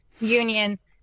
unions